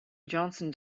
johnson